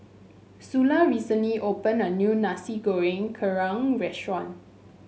Sula recently opened a new Nasi Goreng Kerang restaurant